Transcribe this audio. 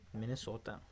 minnesota